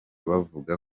bavuga